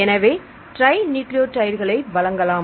எனவே ட்ரைநியூக்ளியோடைட்களை வழங்கலாம்